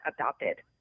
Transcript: adopted